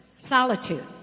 Solitude